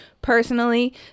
personally